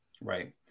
right